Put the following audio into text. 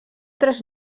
tres